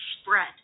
spread